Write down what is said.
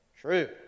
True